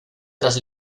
tras